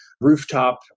rooftop